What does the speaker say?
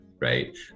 right